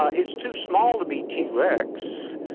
ah it's too small to be t. rex.